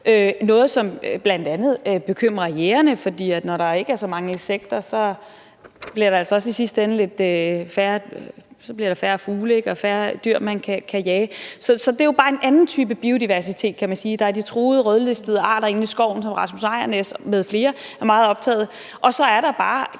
noget, som bl.a. bekymrer jægerne, for når der ikke er så mange insekter, bliver der altså også i sidste ende lidt færre fugle og færre dyr, man kan jage – så er det jo bare en anden type biodiversitet, kan man sige. Der er de truede rødlistede arter inde i skoven, som Rasmus Ejrnæs m.fl. er meget optaget af, og så er det bare